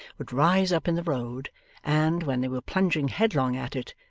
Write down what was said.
would rise up in the road and, when they were plunging headlong at it,